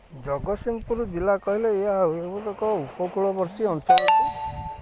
ଜଗତସିଂହପୁର ଜିଲ୍ଲା କହିଲେ ଏଇଆ ଲୋକ ଉପକୂଳବର୍ତୀ ଅଞ୍ଚଳକୁ